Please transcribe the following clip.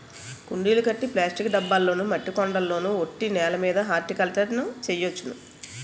కుండీలు కట్టి ప్లాస్టిక్ డబ్బాల్లోనా మట్టి కొండల్లోన ఒట్టి నేలమీద హార్టికల్చర్ ను చెయ్యొచ్చును